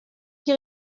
qui